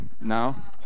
now